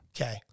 Okay